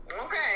Okay